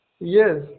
Yes